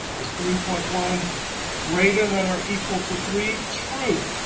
is three point one greater than or equal to three? true.